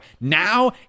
Now